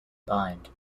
bind